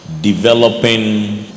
Developing